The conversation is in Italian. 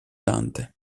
dante